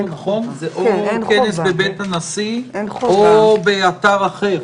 או כנס בבית הנשיא או באתר אחר.